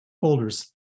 folders